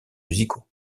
musicaux